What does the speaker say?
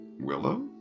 Willow